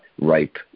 ripe